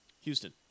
Houston